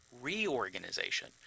reorganization